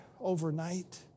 overnight